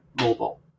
mobile